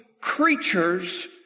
creatures